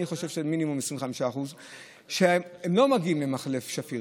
אני חושב שהם מינימום 25% הם לא מגיעים ממחלף שפירים,